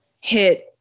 hit